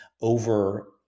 over